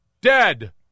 dead